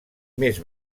més